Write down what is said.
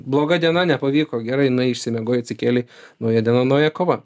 bloga diena nepavyko gerai nuėjai išsimiegojai atsikėlei nauja diena nauja kova